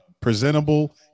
presentable